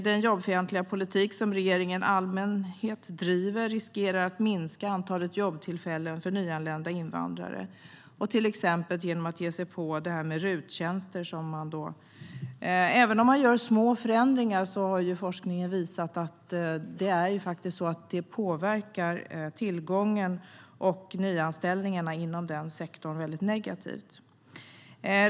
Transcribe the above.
Den jobbfientliga politik som regeringen i allmänhet driver riskerar att minska antalet jobbtillfällen för nyanlända invandrare, till exempel genom att ge sig på RUT-tjänsterna. Det är visserligen små förändringar man gör, men forskningen har visat att de påverkar tillgången och nyanställningarna inom sektorn väldigt negativt.